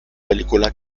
película